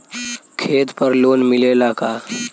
खेत पर लोन मिलेला का?